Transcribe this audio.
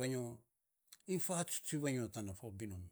vanyo, iny fatsuts vanyo tana fo binun.